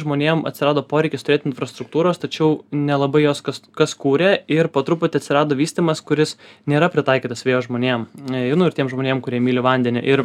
žmonėm atsirado poreikis turėt infrastruktūros tačiau nelabai jos kas kas kūrė ir po truputį atsirado vystymas kuris nėra pritaikytas vėjo žmonėm nu ir tiem žmonėm kurie myli vandenį ir